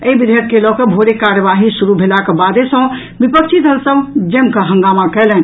एहि विधेयक के लऽकऽ भोरे कार्यवाही शुरू भेलाक बादे सॅ विपक्षी दल सभ जमिकऽ हंगामा कयलनि